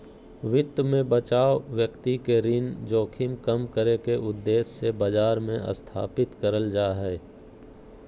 वित्त मे बचाव व्यक्ति के ऋण जोखिम कम करे के उद्देश्य से बाजार मे स्थापित करल जा हय